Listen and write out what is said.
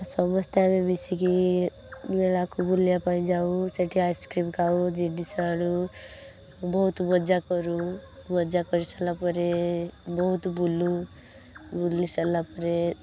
ସମସ୍ତେ ଆମେ ମିଶିକି ମେଳାକୁ ବୁଲିବା ପାଇଁ ଯାଉ ସେଇଠି ଆଇସିକ୍ରିମ ଖାଉ ଜିନିଷ ଆଣୁ ବହୁତ ମଜା କରୁ ମଜା କରିସାରିଲା ପରେ ବହୁତ ବୁଲୁ ବୁଲି ସାରିଲା ପରେ